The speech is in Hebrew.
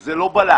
זה לא בלט.